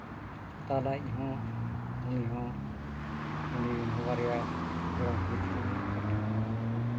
ᱛᱟᱞᱟᱭᱤᱡ ᱦᱚᱸ ᱩᱱᱤ ᱦᱚᱸ ᱩᱱᱤᱨᱮᱱ ᱦᱚᱸ ᱵᱟᱨᱭᱟ ᱜᱚᱲᱚᱢ ᱠᱩᱲᱤ ᱛᱟᱹᱠᱤᱱ ᱢᱮᱱᱟᱜ ᱠᱤᱱᱟ